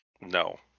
No